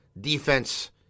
defense